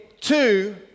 two